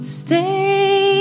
stay